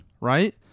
right